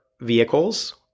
vehicles